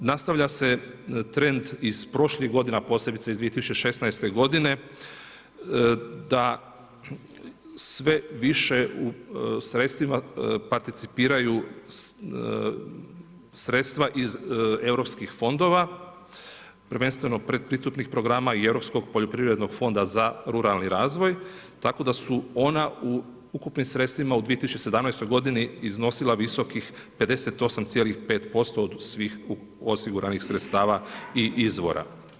Nastavlja se trend iz prošlih godina posebice iz 2016. godine da sve više u sredstvima participiraju sredstva iz europskih fondova, prvenstveno pretpristupnih programa i Europskog poljoprivrednog fonda za ruralni razvoj. tako da su ona u ukupnim sredstvima u 2017. godini iznosila visokih 58,5% od svih osiguranih sredstava i izvora.